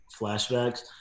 flashbacks